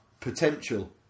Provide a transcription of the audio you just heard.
potential